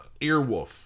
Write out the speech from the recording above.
Earwolf